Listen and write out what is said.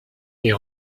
les